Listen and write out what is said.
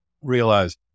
realize